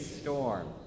storm